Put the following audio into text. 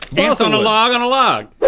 ants on a log on a log.